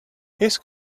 his